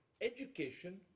Education